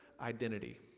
Identity